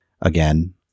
Again